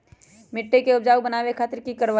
मिट्टी के उपजाऊ बनावे खातिर की करवाई?